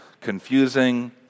confusing